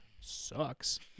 sucks